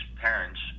parents